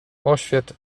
oświet